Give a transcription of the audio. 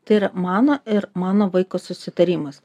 tai yra mano ir mano vaiko susitarimas